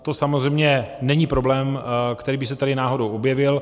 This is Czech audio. To samozřejmě není problém, který by se tady náhodou objevil.